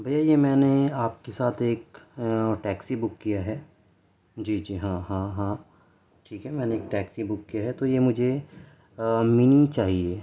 بھیا یہ میں نے آپ کے ساتھ ایک ٹیکسی بک کیا ہے جی جی ہاں ہاں ہاں ٹھیک ہے میں نےایک ٹیکسی بک کیا ہے تو یہ مجھے مینی چاہیے